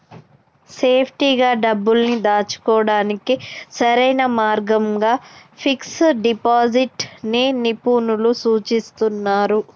సేఫ్టీగా డబ్బుల్ని దాచుకోడానికి సరైన మార్గంగా ఫిక్స్డ్ డిపాజిట్ ని నిపుణులు సూచిస్తున్నరు